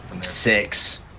Six